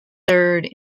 third